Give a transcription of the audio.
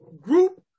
group